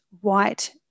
white